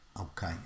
Okay